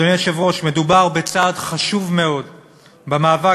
אדוני היושב-ראש, מדובר בצעד חשוב מאוד במאבק